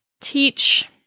teach